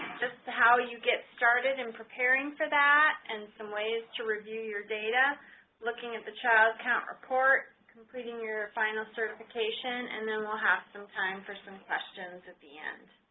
just how you get started and preparing for that and some ways to review your data looking at the child count report. completing your final certification and then we'll have some time for some questions at the end.